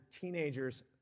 teenager's